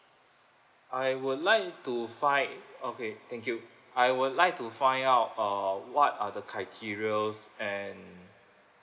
I would like to find okay thank you I would like to find out uh what are the criterias and